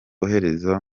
kohereza